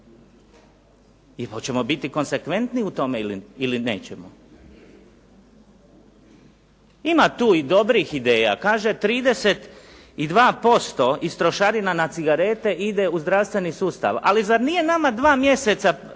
I hoćemo biti konsekventni u tome ili nećemo? Ima tu i dobrih ideja. 32% iz trošarina na cigarete ide u zdravstveni sustav, ali zar nije nama prije dva mjeseca